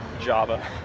Java